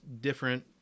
different